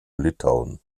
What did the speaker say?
litauen